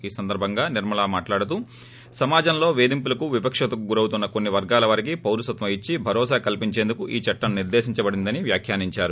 ఈ సందర్భంగా నిర్మలా మాట్లాడుతూ సమాజంలో వేధింపులకు వివక్షకు గురౌతున్న కొన్ని వర్గాల వారికి పౌరసత్వం ఇచ్చి భరోసా కల్పించేందుకు ఈ చట్టం నిర్గేశింపబడిందని వ్యాఖ్యానించారు